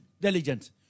diligent